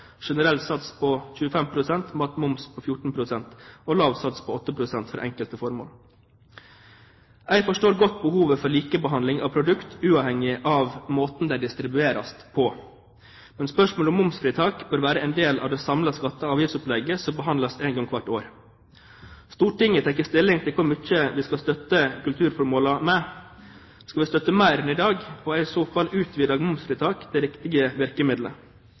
generell sats på 25 pst., matmoms på 14 pst. og lav sats på 8 pst. for enkelte formål. Jeg forstår godt behovet for likebehandling av produkter, uavhengig av måten de distribueres på. Men spørsmålet om momsfritak bør være en del av det samlede skatte- og avgiftsopplegget som behandles én gang hvert år. Stortinget tar stilling til hvor mye vi skal støtte kulturformålene med. Skal vi støtte mer enn i dag, og er i så fall utvidet momsfritak det